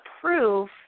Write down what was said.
proof